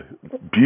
beautiful